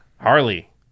Harley